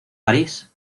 parís